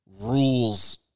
rules